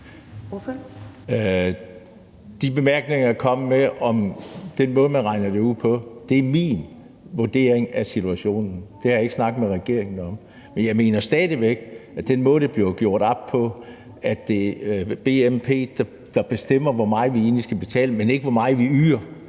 (S): De bemærkninger, jeg kom med, om den måde, man regner det ud på, er min vurdering af situationen. Det har jeg ikke snakket med regeringen om. Men jeg mener stadig væk, at den måde, det bliver gjort op på, altså at det er bnp, der bestemmer, hvor meget vi egentlig skal betale, men ikke, hvor meget vi yder,